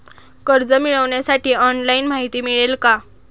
कर्ज मिळविण्यासाठी ऑनलाइन माहिती मिळेल का?